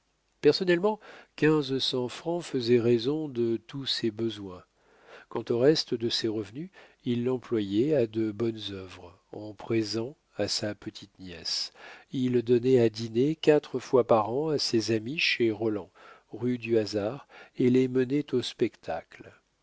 personnellement quinze cents francs faisaient raison de tous ses besoins quant au reste de ses revenus il l'employait à de bonnes œuvres en présents à sa petite-nièce il donnait à dîner quatre fois par an à ses amis chez roland rue du hasard et les menait au spectacle